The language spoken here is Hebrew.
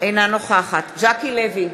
אינה נוכחת ז'קי לוי,